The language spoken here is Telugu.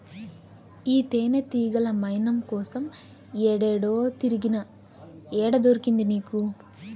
ఈ తేనెతీగల మైనం కోసం ఏడేడో తిరిగినా, ఏడ దొరికింది నీకు